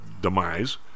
demise